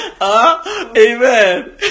Amen